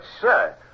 sir